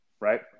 right